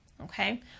Okay